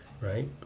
right